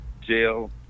jail